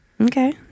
Okay